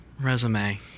resume